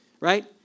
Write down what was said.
Right